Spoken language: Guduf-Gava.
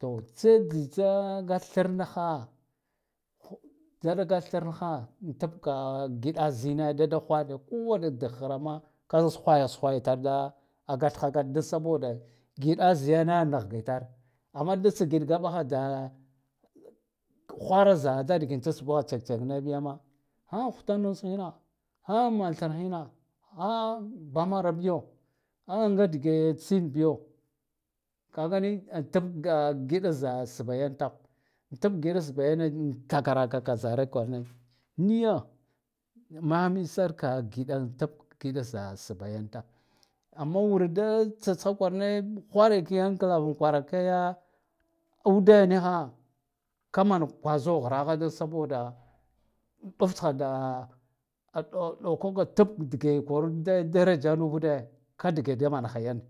To tseditsa gat thar naha jada gat tharnaha an tab ka gidahe zine dada hwa2a kowana dag urama kazak hwayahaz hwayitar da gat ha gat dan saboda gidaha za yane nahgitar amma da tsigin da ɓaha da hwara za dad kina da sbbo check-check na biya ma a huta nushina aa man tharhi na ha bamara biyo a nga dighe tsin biyo kagani atab ka giɗa za sbba yan tam atab gida sbba yane takara ka ka zara kwarane niyya mamisar ka giɗa za sbba yan tam amma wura da tsha da kwarane hwara kayan ka lava kwara kai ude niha kaman kwazo hra saboda bfha da ɗau kaka tab ka dige daraja kadige da manaha yane